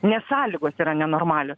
nes sąlygos yra nenormalios